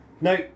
No